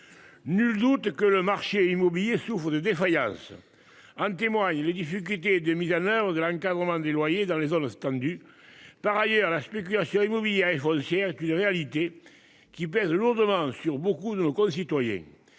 Nul doute que le marché immobilier souffrent de défaillances. En témoignent les difficultés de mise à l'heure de l'encadrement des loyers dans les zones tendues. Par ailleurs, la spéculation immobilière et foncière est une réalité qui pèse lourdement sur beaucoup de nos concitoyens.